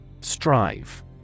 Strive